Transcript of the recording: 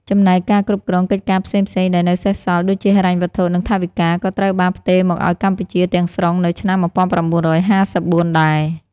ចំណែកការគ្រប់គ្រងកិច្ចការផ្សេងៗដែលនៅសេសសល់ដូចជាហិរញ្ញវត្ថុ និងថវិកា ក៏ត្រូវបានផ្ទេរមកឱ្យកម្ពុជាទាំងស្រុងនៅឆ្នាំ១៩៥៤ដែរ។